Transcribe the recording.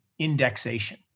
indexation